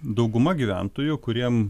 dauguma gyventojų kuriem